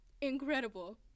incredible